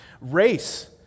Race